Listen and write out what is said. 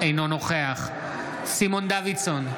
אינו נוכח סימון דוידסון,